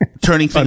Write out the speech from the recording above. turning